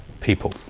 people